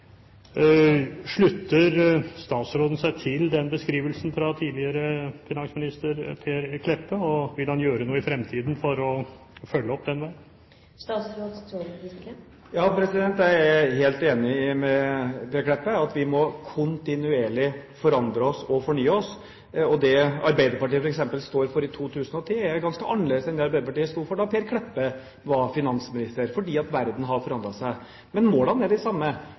Slutter statsråden seg til denne beskrivelsen fra tidligere finansminister Per Kleppe, og vil han gjøre noe i fremtiden for å følge opp dette? Ja, jeg er helt enig med Per Kleppe i at vi kontinuerlig må forandre oss og fornye oss. Det Arbeiderpartiet f.eks. står for i 2010, er ganske annerledes enn det Arbeiderpartiet sto for da Per Kleppe var finansminister, fordi verden har forandret seg. Men målene er de samme: